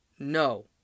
No